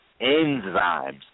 enzymes